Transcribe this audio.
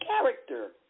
character